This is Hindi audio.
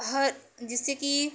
हर जिससे कि